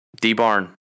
D-Barn